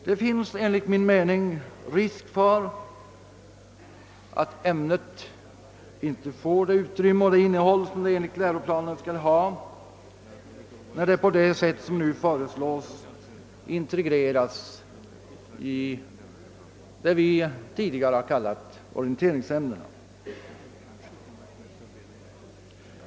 Det finns enligt min mening risk för att ämnet inte får det utrymme och det innehåll som det enligt läroplanen skall ha, när det på sätt som nu föreslås integreras i vad vi tidigare har kallat orienteringsämnena.